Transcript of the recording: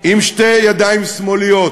עם שתי ידיים שמאליות.